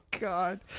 god